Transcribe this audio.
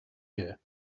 here